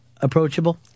approachable